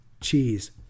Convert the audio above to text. cheese